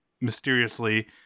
mysteriously